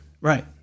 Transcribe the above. Right